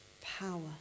power